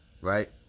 right